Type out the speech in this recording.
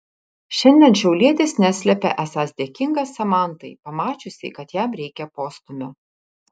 šiandien šiaulietis neslepia esąs dėkingas samantai pamačiusiai kad jam reikia postūmio